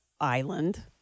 island